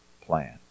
plan